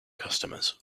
customers